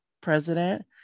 president